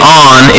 on